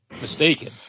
mistaken